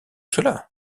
cela